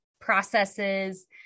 Processes